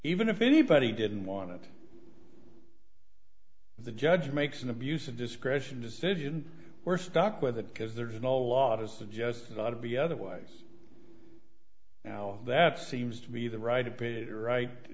even if anybody didn't want the judge makes an abuse of discretion decision we're stuck with it because there's an awful lot as to just got to be otherwise now that seems to be the right a bit right